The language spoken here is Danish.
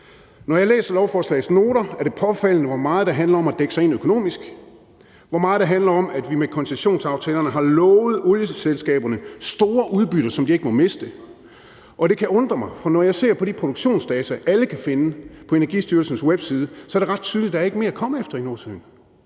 Når jeg læser lovforslagets bemærkninger, er det påfaldende, hvor meget der handler om at dække sig ind økonomisk, hvor meget der handler om, at vi med koncessionsaftalerne har lovet olieselskaberne store udbytter, som de ikke må miste. Og det kan undre mig, for når jeg ser på de produktionsdata, alle kan finde på Energistyrelsens webside, så er det ret tydeligt, at der ikke er mere at komme efter i Nordsøen.